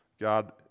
God